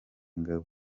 ingabo